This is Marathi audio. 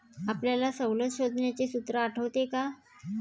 आपल्याला सवलत शोधण्याचे सूत्र आठवते का?